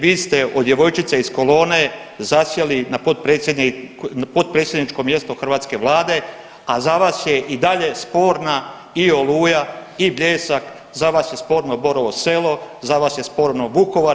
Vi ste od djevojčice iz kolone zasjeli na potpredsjedničko mjesto hrvatske Vlade, a za vas je i dalje sporna i Oluja i Bljesak, za vas je sporno Borovo Selo, za vas je sporno Vukovar.